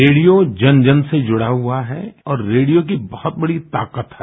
radio जन जन से जुड़ा हुआ है और रेडियो की बहुत बड़ी ताकत है